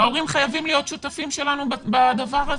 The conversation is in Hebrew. ההורים חייבים להיות שותפים שלנו בדבר הזה.